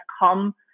come